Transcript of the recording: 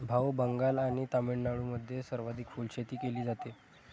भाऊ, बंगाल आणि तामिळनाडूमध्ये सर्वाधिक फुलशेती केली जाते